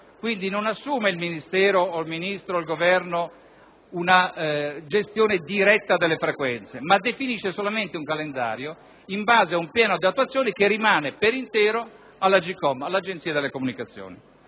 Quindi, non assume il Ministero o il Ministro o il Governo una gestione diretta delle frequenze, ma definisce solamente un calendario in base ad un piano di attuazione che rimane per intero alla Agcom; si consente in